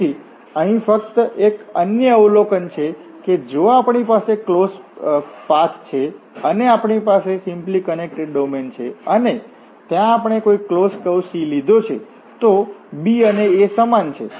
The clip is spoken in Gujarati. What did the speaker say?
તેથી અહીં ફક્ત એક અન્ય અવલોકન છે કે જો આપણી પાસે ક્લોસ્ડ પાથ છે અને આપણી પાસે સિમ્પલી કનેકટેડ ડોમેન છે અને ત્યાં આપણે ક્લોસ્ડ કર્વ C લીધો છે તો b અને a સમાન છે